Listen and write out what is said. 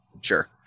Sure